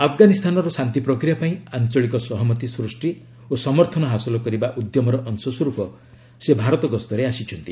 ଆଫଗାନିସ୍ତାନର ଶାନ୍ତି ପ୍ରକ୍ରିୟା ପାଇଁ ଆଞ୍ଚଳିକ ସହମତି ସୃଷ୍ଟି ଓ ସମର୍ଥନ ହାସଲ କରିବା ଉଦ୍ୟମର ଅଂଶସ୍ୱରୂପ ସେ ଭାରତ ଗସ୍ତରେ ଆସିଛନ୍ତି